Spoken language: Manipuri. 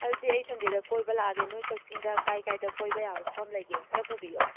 ꯑꯗꯨꯗꯤ ꯑꯩ ꯁꯟꯗꯦꯗ ꯀꯣꯏꯕ ꯂꯥꯛ ꯑꯒꯦ ꯅꯣꯏ ꯀꯛꯆꯤꯡꯗ ꯀꯥꯏ ꯀꯥꯏꯗ ꯀꯣꯏꯕ ꯌꯥꯕ ꯃꯐꯝ ꯂꯩꯒꯦ ꯈꯔ ꯄꯨꯕꯤꯌꯣ